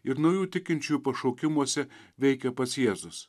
ir naujų tikinčiųjų pašaukimuose veikia pats jėzus